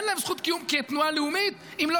אין להם זכות קיום כתנועה לאומית אם לא